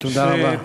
תודה רבה.